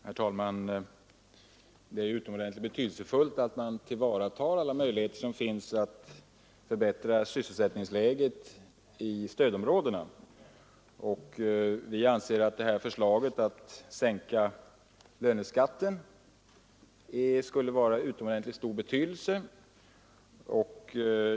Herr talman! Det är utomordentligt betydelsefullt att man tillvaratar alla möjligheter som finns att förbättra sysselsättningsläget i stödområdena, och vi anser att det här förslaget att sänka löneskatten skulle vara av mycket stor betydelse.